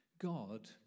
God